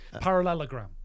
Parallelogram